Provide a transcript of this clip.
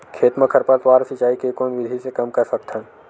खेत म खरपतवार सिंचाई के कोन विधि से कम कर सकथन?